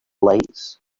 lights